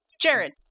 Jared